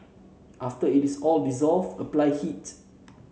after it is all dissolved apply heat